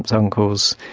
uncles,